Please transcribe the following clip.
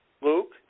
Luke